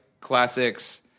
classics